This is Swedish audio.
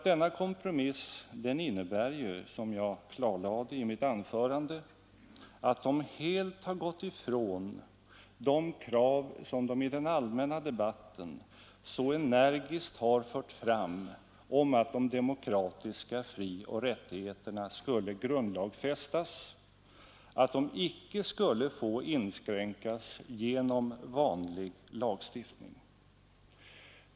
Denna kompromiss innebär ju, som jag klarlade i mitt anförande, att de helt har gått ifrån de krav som de i den allmänna debatten så energiskt har fört fram om att de demokratiska frioch rättigheterna skulle grundlagsfästas, att de icke skulle få inskränkas genom vanlig lagstiftning.